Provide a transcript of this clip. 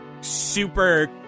Super